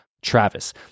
Travis